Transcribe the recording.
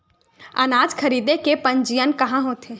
अनाज खरीदे के पंजीयन कहां होथे?